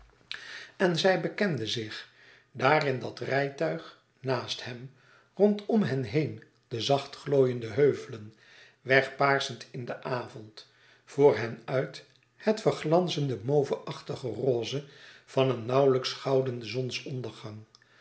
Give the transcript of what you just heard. en zij bekende zich daar in dat rijtuig naast hem rondom hen heen de zachtglooiende heuvelen wegpaarschend in den avond voor hen uit het verglanzende mauve achtige roze van een nauwlijks goudenen zonsondergang